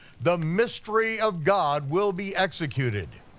the mystery of god will be executed.